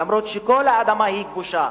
אף שכל האדמה כבושה,